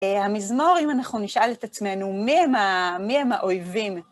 המזמור, אם אנחנו נשאל את עצמנו, מי הם האויבים?